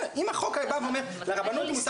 אם החוק היה בא ואומר: לרבנות מותר